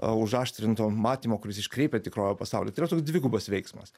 užaštrinto matymo kuris iškreipia tikrovę pasaulį tai yra toks dvigubas veiksmas